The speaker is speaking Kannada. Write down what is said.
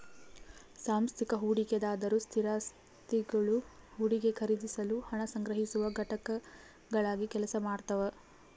ಸಾಂಸ್ಥಿಕ ಹೂಡಿಕೆದಾರರು ಸ್ಥಿರಾಸ್ತಿಗುಳು ಹೂಡಿಕೆ ಖರೀದಿಸಲು ಹಣ ಸಂಗ್ರಹಿಸುವ ಘಟಕಗಳಾಗಿ ಕೆಲಸ ಮಾಡ್ತವ